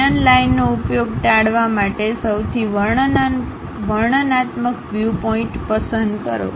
hidden લાઇનનો ઉપયોગ ટાળવા માટે સૌથી વર્ણનાત્મક વ્યુ પોઇન્ટ પસંદ કરો